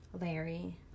Larry